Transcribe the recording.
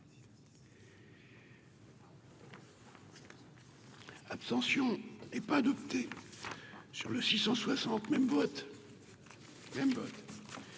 Abstention est pas adopté sur le 660 même vote même vote